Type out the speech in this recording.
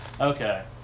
Okay